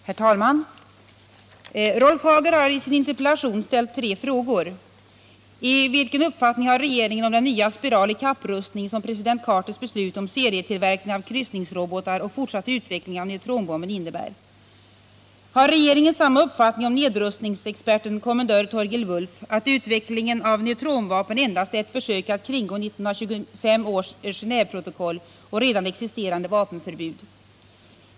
Herr talman! Rolf Hagel har i sin interpellation ställt tre frågor: 1. Vilken uppfattning har regeringen om den nya spiral i kapprustningen som president Carters beslut om serietillverkning av kryssningsrobotar och fortsatt utveckling av neutronbomben innebär? 2. Har regeringen samma uppfattning som nedrustningsexperten kommendör Torgil Wulff att utvecklingen av neutronvapen endast är ett försök att kringgå 1925 års Genéveprotokoll och redan existerande vapenförbud? 3.